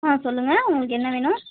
ஆ சொல்லுங்க உங்களுக்கு என்ன வேணும்